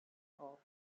off